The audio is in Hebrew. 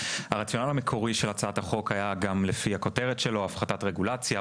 הרציונל המקורי של הצעת החוק היה גם לפי הכותרת שלו הפחתת רגולציה,